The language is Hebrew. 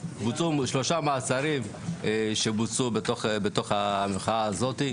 שבוצעו בתוך המחאה הזאת.